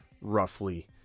roughly